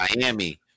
Miami